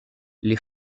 les